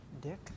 Dick